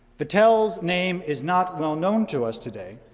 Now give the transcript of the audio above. vattel's name is not well known to us today.